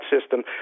system